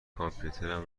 کامپیوترم